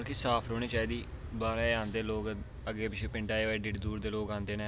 की साफ रौह्नी चाहिदी बाद च आंदे लोग अग्गें पिच्छें पिंडा दे दूर दे लोग आंदे न